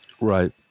Right